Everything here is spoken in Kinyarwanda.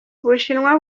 ubushinwa